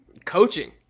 Coaching